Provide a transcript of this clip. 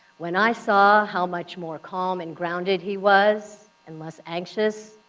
when i saw how much more calm and grounded he was, and less anxious,